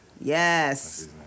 Yes